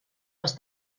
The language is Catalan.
els